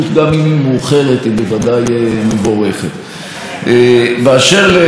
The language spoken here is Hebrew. באשר לחבר הכנסת איימן עודה והדברים שהוא אמר כאן,